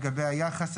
לגבי היחס,